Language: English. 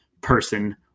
Person